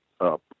up